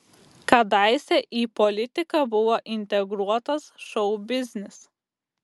kadaise į politiką buvo integruotas šou biznis